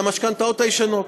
המשכנתאות הישנות.